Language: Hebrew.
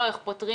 לא איך פותרים,